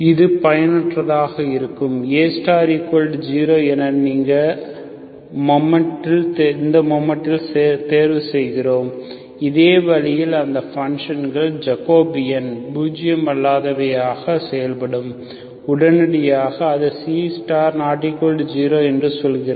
இது பயனற்றதாக இருக்கும் A0 என நீங்கள் மோமெண்டில் தேர்வுசெய்கிறோம் இதே வழியில் அந்த பன்ஷன் ஜக்கோபியன் பூஜியம் அல்லாதவையாக செயல்படும் உடனடியாக அது C≠0 என்று சொல்கிறது